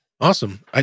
Awesome